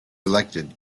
elected